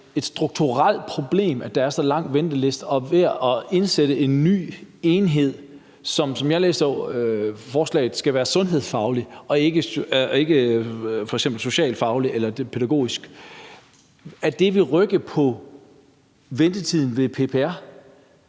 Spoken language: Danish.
et strukturelt problem, at der er så lang ventetid, og at det at indsætte en ny enhed, som, sådan som jeg læser forslaget, skal være sundhedsfaglig og ikke f.eks. socialfaglig eller pædagogisk, vil rykke ved ventetiden ved PPR?